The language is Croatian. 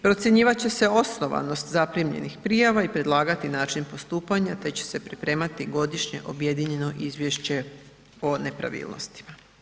Procjenjivat će se osnovanost zaprimljenih prijava i predlagati način postupanja te će se pripremati godišnje objedinjeno izvješće o nepravilnostima.